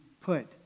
put